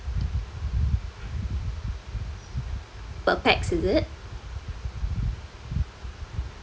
per pax is it